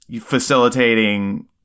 Facilitating